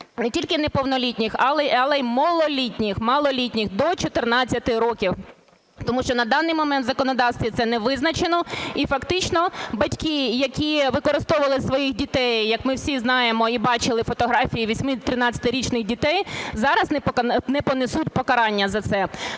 не тільки неповнолітніх, але і малолітніх, до 14 років. Тому що на даний момент в законодавстві це не визначено, і фактично батьки, які використовували своїх дітей, як ми всі знаємо і бачили фотографії 8-13-річних дітей, зараз не понесуть покарання за це.